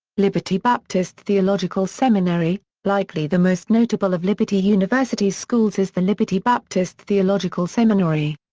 liberty baptist theological seminary likely the most notable of liberty university's schools is the liberty baptist theological seminary.